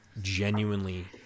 genuinely